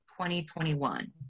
2021